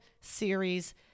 Series